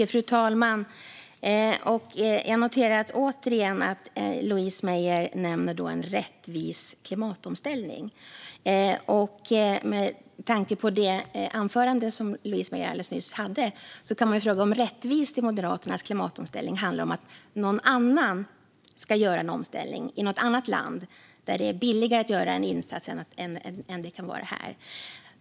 Fru talman! Jag noterar återigen att Louise Meijer nämner en rättvis klimatomställning. Med tanke på det anförande Louise Meijer alldeles nyss höll vill jag fråga om rättvis klimatomställning för Moderaterna handlar om att någon annan ska göra en omställning i något annat land där det är billigare att göra en insats än vad det kan vara här.